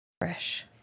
fresh